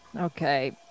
Okay